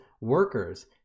workers